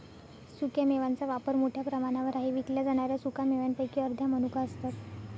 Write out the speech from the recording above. सुक्या मेव्यांचा वापर मोठ्या प्रमाणावर आहे विकल्या जाणाऱ्या सुका मेव्यांपैकी अर्ध्या मनुका असतात